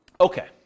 Okay